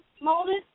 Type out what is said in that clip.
molded